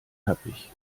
tappig